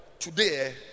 today